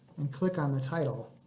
and click on the title.